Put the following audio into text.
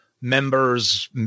members